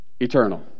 eternal